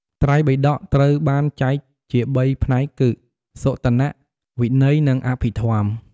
ត្រៃបិដកត្រូវបានចែកជាបីផ្នែកគឺ សុតន្ត វិន័យ និង អភិធម្ម។